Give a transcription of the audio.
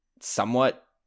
somewhat